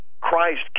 Christ